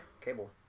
cable